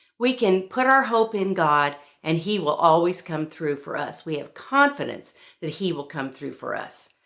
we can put our hope in god and he will always come through for us. we have confidence that he will come through for us.